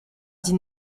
dit